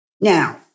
Now